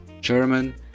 German